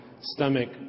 stomach